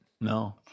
No